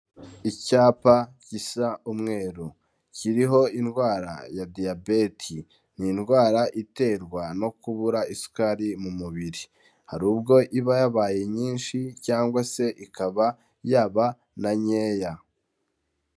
Icyapa gisa umweru kiriho indwara ya DIABETES, ni indwara iterwa no kubura isukari mu mubiri, hari ubwo iba yabaye nyinshi cyangwa se ikaba yaba na nkeya.